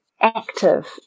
active